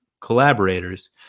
collaborators